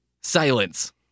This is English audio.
Silence